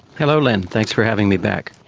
hello lynne, thanks for having me back.